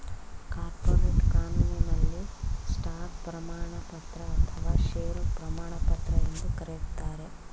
corporate ಕಾನೂನಿನಲ್ಲಿ stock ಪ್ರಮಾಣಪತ್ರ ಅಥವಾ ಶೇರು ಪ್ರಮಾಣಪತ್ರ ಎಂದು ಕರೆಯುತ್ತಾರೆ